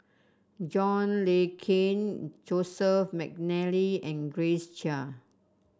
John Le Cain Joseph McNally and Grace Chia